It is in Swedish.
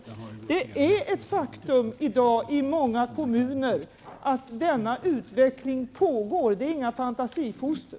Det är ett faktum att den utveckling som jag har beskrivit i dag pågår i många kommuner. Det är inget fantasifoster.